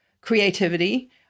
creativity